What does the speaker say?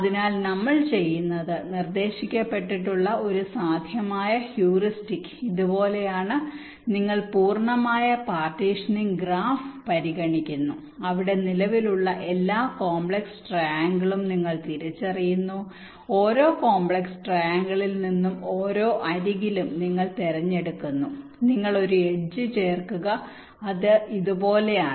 അതിനാൽ നമ്മൾ ചെയ്യുന്നത് നിർദ്ദേശിക്കപ്പെട്ടിട്ടുള്ള ഒരു സാധ്യമായ ഹ്യൂറിസ്റ്റിക് ഇതുപോലെയാണ് നിങ്ങൾ പൂർണ്ണമായ പാർട്ടീഷനിങ് ഗ്രാഫ് പരിഗണിക്കുന്നു അവിടെ നിലവിലുള്ള എല്ലാ കോംപ്ലക്സ് ട്രൈആംഗിളും നിങ്ങൾ തിരിച്ചറിയുന്നു ഓരോ കോംപ്ലക്സ് ട്രൈആംഗിളിൽ നിന്നും ഓരോ അരികിലും നിങ്ങൾ തിരഞ്ഞെടുക്കുന്നു നിങ്ങൾ ഒരു എഡ്ജ് ചേർക്കുക അതായത് ഇത് ഇതുപോലെയാണ്